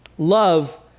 Love